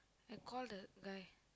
I call the guy